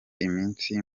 iminsi